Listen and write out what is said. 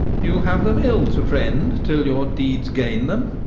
you have them ill to friend till your deeds gain them.